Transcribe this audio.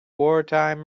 wartime